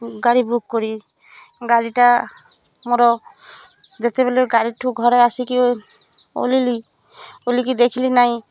ଗାଡ଼ି ବୁକ୍ କରି ଗାଡ଼ିଟା ମୋର ଯେତେବେଳେ ଗାଡ଼ି ଠୁ ଘରେ ଆସିକି ଓହ୍ଲାଇଲି ଓହ୍ଲାଇକି ଦେଖିଲି ନାହିଁ